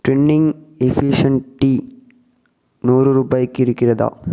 Twining infusion tea நூறு ரூபாய்க்கு இருக்கிறதா